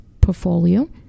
portfolio